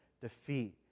defeat